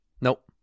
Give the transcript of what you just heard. Nope